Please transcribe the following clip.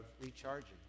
recharging